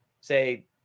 say